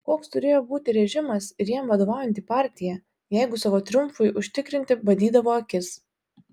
koks turėjo būti režimas ir jam vadovaujanti partija jeigu savo triumfui užtikrinti badydavo akis